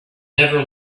never